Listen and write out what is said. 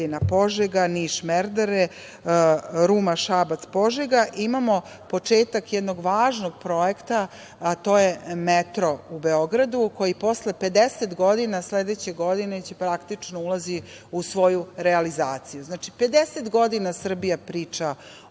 Preljina – Požega, Niš – Merdare, Ruma – Šabac – Požega, imamo početak jednog važnog projekta, a to je metro u Beogradu koji posle 50 godina sledeće godine će praktično ući u svoju realizaciju. Znači, 50 godina Srbija priča